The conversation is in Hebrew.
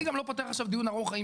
ואני גם לא פותח עכשיו דיון ארוך האם